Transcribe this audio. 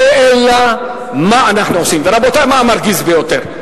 השאלה מה אנחנו עושים, ורבותי, מה המרגיז ביותר?